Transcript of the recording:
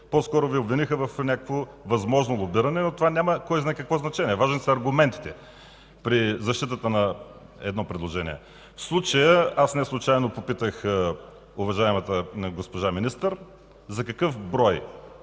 По-скоро Ви обвиниха в някакво възможно лобиране, но това няма кой знае какво значение. Важни са аргументите при защитата на едно предложение. Неслучайно попитах уважаемата госпожа министър за какъв